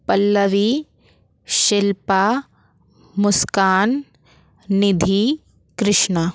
Pallavi Shilpa Muskan Nidhi Krishna